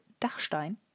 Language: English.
Dachstein